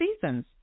seasons